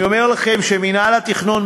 אני אומר לכם שמינהל התכנון,